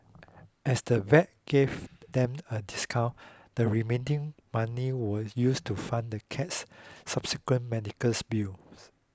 as the vet gave them a discount the remaining money was used to fund the cat's subsequent medicals bills